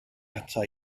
ata